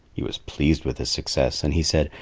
he was pleased with his success, and he said,